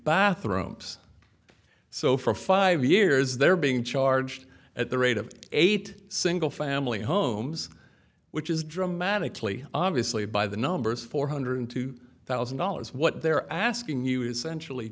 bathrooms so for five years they're being charged at the rate of eight single family homes which is dramatically obviously by the numbers four hundred two thousand dollars what they're asking you is centrally